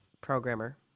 programmer